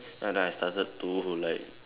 then then I started to like